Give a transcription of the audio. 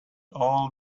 all